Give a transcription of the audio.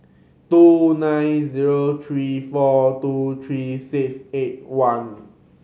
two nine zero three four two three six eight one